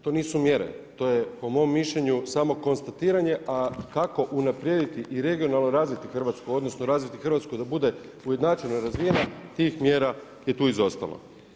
To nisu mjere, to je po mom mišljenju samo konstatiranje, a kako unaprijediti i regionalno razviti Hrvatsku, odnosno razviti Hrvatsku da bude ujednačeno razvijena tih mjera je tu izostalo.